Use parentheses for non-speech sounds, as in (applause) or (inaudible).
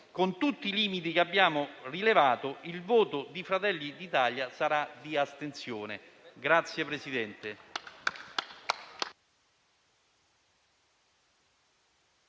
con tutti i limiti che abbiamo rilevato, il voto di Fratelli d'Italia sarà di astensione. (applause)